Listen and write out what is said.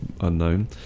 unknown